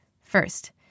First